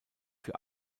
für